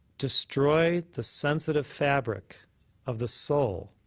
destroy the sensitive fabric of the soul